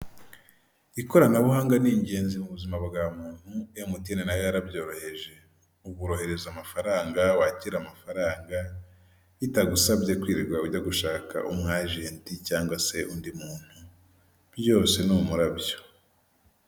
Ikoranabuhanga ni ingenzi mu buzima bwa muntu emutiyeni nayo yarabyoroheje ubu urohereza amafaranga, wakira amafaranga bitagusabye kwirirwa ujya gushaka umwa ajeti cyangwa se undi muntu byose ni umurabyo.